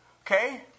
Okay